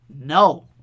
No